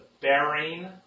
bearing